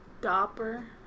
Dopper